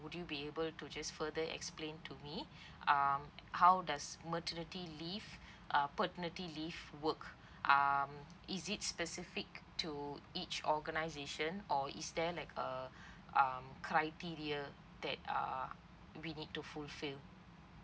will you be able to just further explain to me um how does maternity leave uh paternity leave work um is it specific to each organisation or is there like uh um criteria that uh we need to fulfill